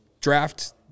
draft